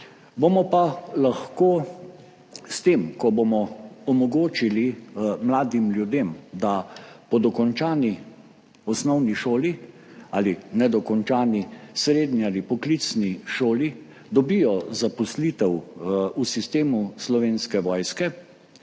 bomo pa lahko s tem, ko bomo omogočili mladim ljudem, da po dokončani osnovni šoli ali nedokončani srednji ali poklicni šoli dobijo zaposlitev v sistemu Slovenske vojske,